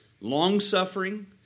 long-suffering